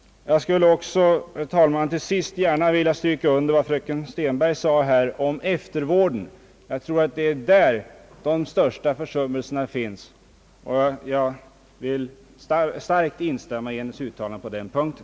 Jag vill till sist, herr talman, understryka vad fröken Stenberg sade om eftervården. Jag tror att det är där som de största försummelserna finns och vill därför helt instämma i hennes uttalanden på den punkten.